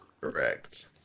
Correct